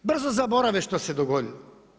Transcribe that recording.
Brzo zaborave što se dogodilo.